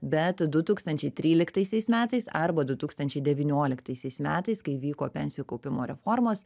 bet du tūkstančiai tryliktaisiais metais arba du tūkstančiai devynioliktaisiais metais įvyko pensijų kaupimo reformos